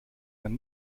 man